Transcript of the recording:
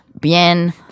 bien